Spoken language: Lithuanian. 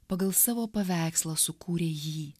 pagal savo paveikslą sukūrė jį